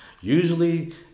usually